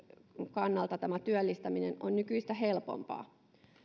kannalta tämä työllistäminen on nykyistä helpompaa